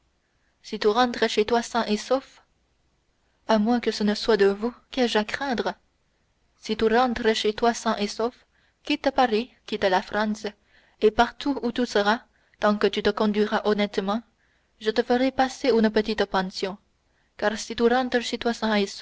si tu rentres chez toi sain et sauf à moins que ce ne soit de vous qu'ai-je à craindre si tu rentres chez toi sain et sauf quitte paris quitte la france et partout où tu seras tant que tu te conduiras honnêtement je te ferai passer une petite pension car si